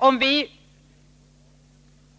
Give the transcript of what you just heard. Om vi